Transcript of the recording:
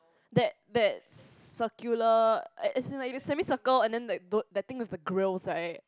that that circular as as in like the semi circle and then like the that thing with the grills right